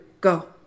go